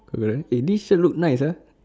correct eh this shirt look nice ah